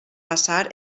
passar